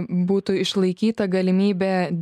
būtų išlaikyta galimybė